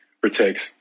protects